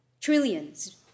trillions